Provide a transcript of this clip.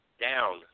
down